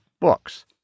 books